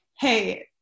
Hey